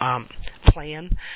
plan